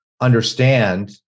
understand